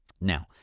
Now